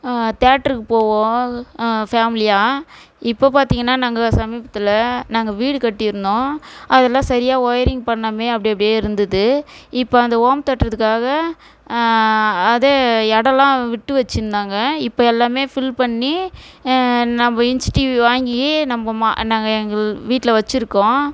தேட்டருக்கு போவோம் ஃபேமிலியாக இப்போ பார்த்தீங்கன்னா நாங்கள் சமீபத்தில் நாங்கள் வீடு கட்டியிருந்தோம் அதெல்லாம் சரியாக ஒயரிங் பண்ணாமையே அப்படி அப்படியே இருந்தது இப்போ அந்த ஓம் தேட்டறதுக்காக அதே இடம்லாம் விட்டு வச்சுருந்தாங்க இப்போ எல்லாமே ஃபில் பண்ணி நம்ம இன்ச் டிவி வாங்கி நம்ம மா நாங்கள் எங்கள் வீட்டில் வச்சுருக்கோம்